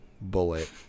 bullet